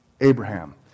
Abraham